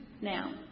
Now